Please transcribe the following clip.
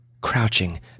Crouching